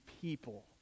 people